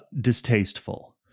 distasteful